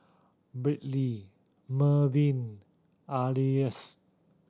Briley Mervin Alyce